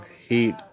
Heat